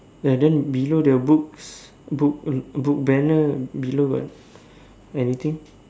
ya then below the books book banner below got anything